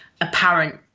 apparent